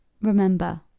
remember